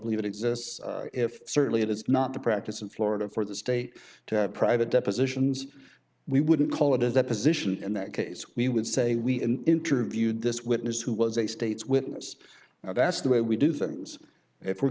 believe it exists if certainly it is not the practice in florida for the state to have private depositions we wouldn't call it is their position in that case we would say we interviewed this witness who was a state's witness that's the way we do things if we're